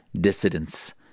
dissidents